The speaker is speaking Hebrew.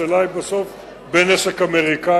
השאלה היא בסוף בין נשק אמריקני,